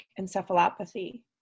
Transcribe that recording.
encephalopathy